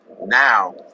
Now